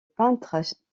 peintre